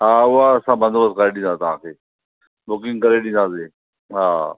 हा उहो असां बंदोबस्तु करे ॾींदा तव्हां खे बुकिंग करे ॾींदासीं हा